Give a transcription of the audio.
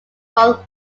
hull